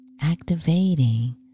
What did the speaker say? activating